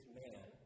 man